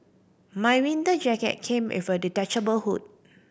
my winter jacket came with a detachable hood